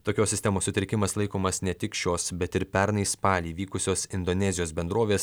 tokios sistemos sutrikimas laikomas ne tik šios bet ir pernai spalį vykusios indonezijos bendrovės